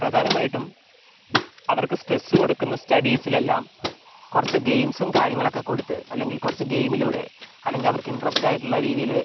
പ്രധാനമായിട്ടും അവർക്ക് സ്ട്രെസ്സ് കൊടുക്കുന്ന സ്റ്റഡീസിലെല്ലാം കുറച്ച് ഗെയിംസും കാര്യങ്ങളൊക്കെ കൊടുത്ത് അല്ലെങ്കിൽ കുറച്ച് ഗെയിമിലൂടെ അല്ലെങ്കിൽ അവർക്ക് ഇൻട്രസ്റ്റായിട്ടുള്ള രീതിയിൽ